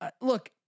look